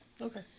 Okay